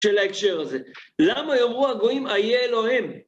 של ההקשר הזה. למה יאמרו הגויים, איה אלוהיהם?